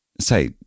say